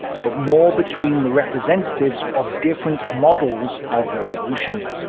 but more between the representatives of different models of revolution.